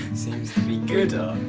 seems to be gooder.